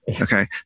okay